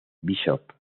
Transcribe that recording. bishop